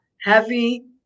heavy